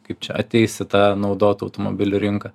kaip čia ateis į tą naudotų automobilių rinką